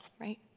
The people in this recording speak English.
right